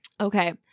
Okay